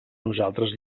nosaltres